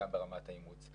גם ברמת האימוץ.